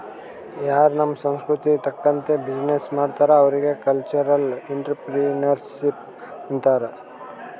ಯಾರೂ ನಮ್ ಸಂಸ್ಕೃತಿ ತಕಂತ್ತೆ ಬಿಸಿನ್ನೆಸ್ ಮಾಡ್ತಾರ್ ಅವ್ರಿಗ ಕಲ್ಚರಲ್ ಇಂಟ್ರಪ್ರಿನರ್ಶಿಪ್ ಅಂತಾರ್